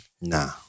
Nah